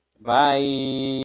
Bye